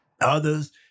Others